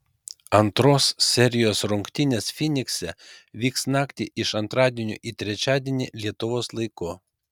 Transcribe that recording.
antros serijos rungtynės fynikse vyks naktį iš antradienio į trečiadienį lietuvos laiku